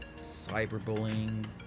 cyberbullying